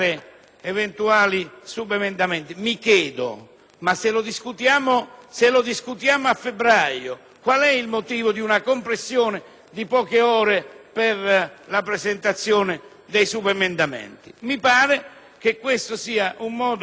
provvedimento lo discuteremo a febbraio, qual è il motivo di una compressione a poche ore per la presentazione dei subemendamenti? Mi pare che questo sia un modo